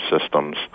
systems